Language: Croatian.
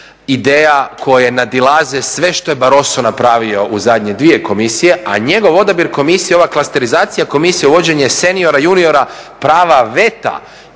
ideja koje nadilaze sve što je Barosso napravio u zadnje dvije Komisije, a njegov odabir Komisije, ova klasterizacija Komisije, uvođenje seniora, juniora, prava veta